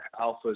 alphas